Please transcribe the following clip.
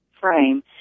frame